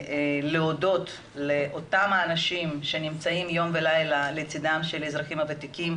להודות לאותם אנשים שנמצאים יום ולילה לצידם של האזרחים הוותיקים,